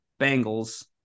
Bengals